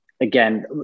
Again